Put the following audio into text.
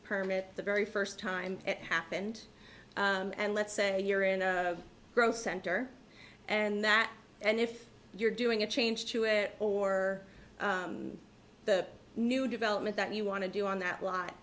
permit the very first time it happened and let's say you're in a growth center and that and if you're doing a change or the new development that you want to do on that lot